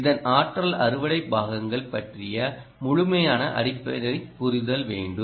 இதன் ஆற்றல் அறுவடை பாகங்கள் பற்றிய முழுமையான அடிப்படை புரிதல் வேண்டும்